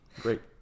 great